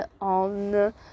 on